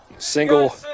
single